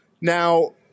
Now